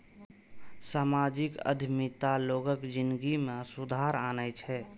सामाजिक उद्यमिता लोगक जिनगी मे सुधार आनै छै